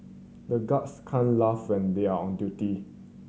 the guards can laugh and they are on duty